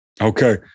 Okay